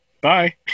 bye